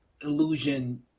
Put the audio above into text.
illusion